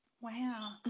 Wow